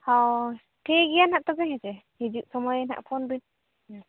ᱦᱚᱭ ᱴᱷᱤᱠ ᱜᱮᱭᱟ ᱱᱟᱦᱟᱜ ᱛᱚᱵᱮ ᱦᱮᱸ ᱪᱮ ᱦᱤᱡᱩᱜ ᱥᱚᱢᱚᱭ ᱱᱟᱦᱟᱜ ᱯᱷᱳᱱᱵᱤᱱ ᱦᱚᱸ